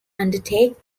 undertake